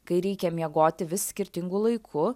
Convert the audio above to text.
kai reikia miegoti vis skirtingu laiku